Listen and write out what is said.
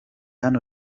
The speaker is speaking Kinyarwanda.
hano